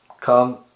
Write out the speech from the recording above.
come